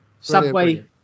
Subway